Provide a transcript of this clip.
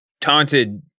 taunted